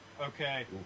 Okay